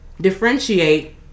differentiate